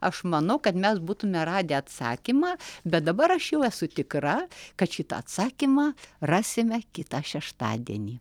aš manau kad mes būtume radę atsakymą bet dabar aš jau esu tikra kad šitą atsakymą rasime kitą šeštadienį